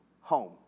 home